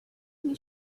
you